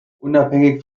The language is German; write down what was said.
unabhängig